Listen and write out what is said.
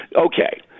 Okay